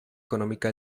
económica